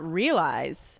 realize